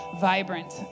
vibrant